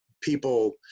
people